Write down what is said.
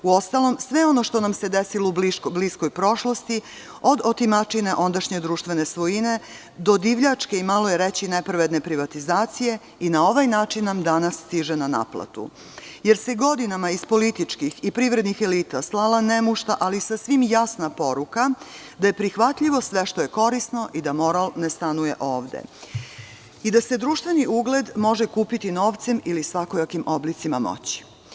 Uostalom, sve ono što nam se desilo u bliskoj prošlosti, od otimačine ondašnje društvene svojine do divljačke i, malo je reći, nepravedne privatizacije, i na ovaj način nam danas stiže na naplatu, jer se godinama iz političkih i privrednih elita slala nemušta, ali sasvim jasna poruka da je prihvatljivo sve što je korisno i da moral ne stanuje ovde i da se društveni ugled može kupiti novcem ili svakojakim oblicima moći.